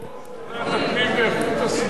אדוני יושב-ראש ועדת הפנים ואיכות הסביבה,